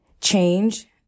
change